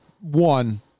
One